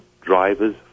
drivers